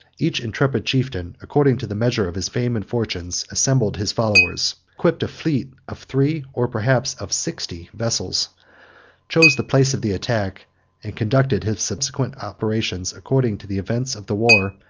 each intrepid chieftain, according to the measure of his fame and fortunes, assembled his followers equipped a fleet of three, or perhaps of sixty, vessels chose the place of the attack and conducted his subsequent operations according to the events of the war,